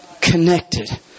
connected